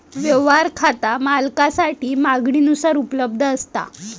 व्यवहार खाता खातो मालकासाठी मागणीनुसार उपलब्ध असता